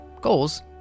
goals